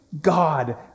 God